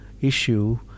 issue